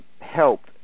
helped